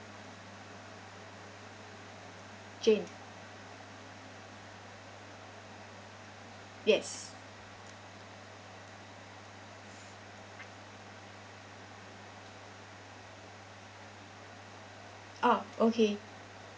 jane yes oh okay